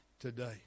today